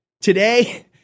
Today